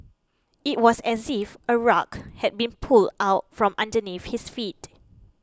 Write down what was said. it was as if a rug had been pulled out from underneath his feet